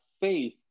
faith